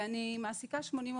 ואני מעסיקה 80 עובדים.